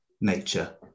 nature